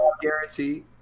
Guaranteed